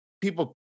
people